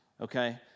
okay